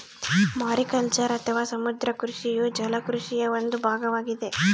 mariculture ಅಥವಾ ಸಮುದ್ರ ಕೃಷಿಯು ಜಲ ಕೃಷಿಯ ಒಂದು ಭಾಗವಾಗಿದೆ